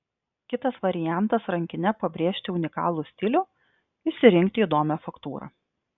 kitas variantas rankine pabrėžti unikalų stilių išsirinkti įdomią faktūrą